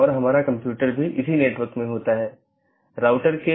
तो यह एक सीधे जुड़े हुए नेटवर्क का परिदृश्य हैं